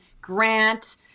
Grant